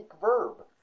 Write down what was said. verb